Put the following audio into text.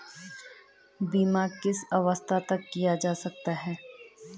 बीमा किस अवस्था तक किया जा सकता है?